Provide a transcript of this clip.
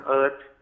earth